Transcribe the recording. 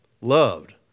Loved